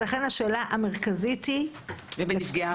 ובנפגעי עבירה.